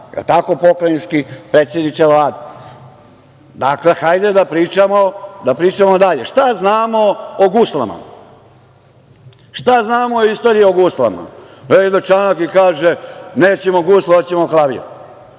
tako pokrajinski predsedniče Vlade? Dakle, hajde da pričamo dalje. Šta znamo o guslama? Šta znamo o istoriji o guslama? Nenad Čanak kaže – nećemo gusle hoćemo klavir.